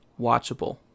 watchable